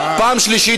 פעם שלישית.